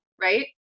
right